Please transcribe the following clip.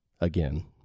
Again